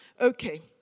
Okay